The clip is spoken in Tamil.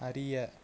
அறிய